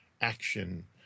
action